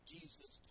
Jesus